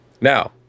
Now